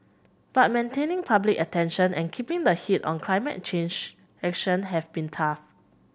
but maintaining public attention and keeping the heat on climate change action have been tough